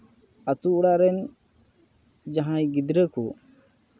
ᱟᱛᱳ ᱚᱲᱟᱜ ᱨᱮᱱ ᱡᱟᱦᱟᱸᱭ ᱜᱤᱫᱽᱨᱟᱹ ᱠᱚ